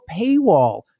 paywall